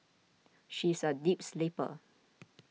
she's a deep sleeper